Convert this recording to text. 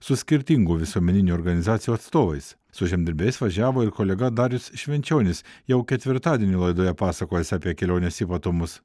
su skirtingų visuomeninių organizacijų atstovais su žemdirbiais važiavo ir kolega darius švenčionis jau ketvirtadienį laidoje pasakojęs apie kelionės ypatumus